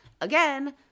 Again